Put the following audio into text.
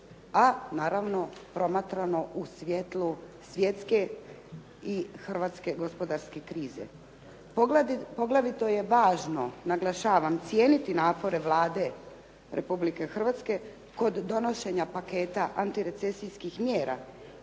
a naravno promatrano u svjetlu svjetske i hrvatske gospodarske krize. Poglavito je važno naglašavam cijeniti napore Vlade Republike Hrvatske kod donošenja paketa antirecesijskih mjera